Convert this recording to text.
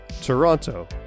Toronto